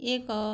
ଏକ